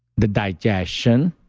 the digestion,